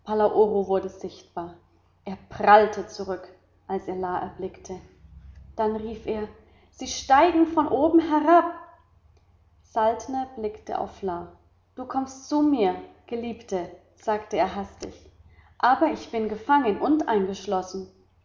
wurde sichtbar er prallte zurück als er la erblickte dann rief er sie steigen von oben herab saltner blickte auf la du kommst zu mir geliebte sagte er hastig aber ich bin gefangen und eingeschlossen